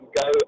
go